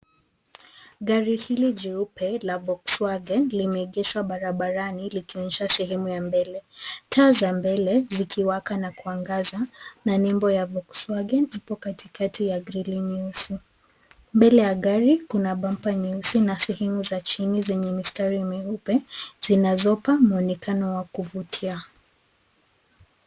Gari hili jeupe la Volkswagen limeegeshwa barabarani likionyesha sehemu ya mbele. Taa za mbele zikiwaka na kuangaza na nembo ya Volkswagen ipo katikati ya grili nyeusi. Mbele ya gari kuna bumper nyeusi na sehemu za chini zenye mistari meupe zinazopa mwonekano wa kuvutia.